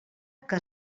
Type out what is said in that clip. que